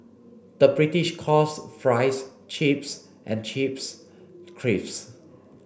the British calls fries chips and chips crisps